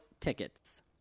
tickets